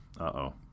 Uh-oh